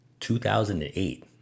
2008